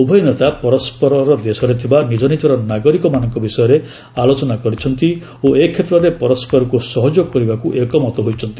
ଉଭୟ ନେତା ପରସ୍କରର ଦେଶରେ ଥିବା ନିଜନିଜର ନାଗରିକମାନଙ୍କ ବିଷୟରେ ଆଲୋଚନା କରିଛନ୍ତି ଓ ଏ କ୍ଷେତ୍ରରେ ପରସ୍କରକୁ ସହଯୋଗ କରିବାକୁ ଏକମତ ହୋଇଛନ୍ତି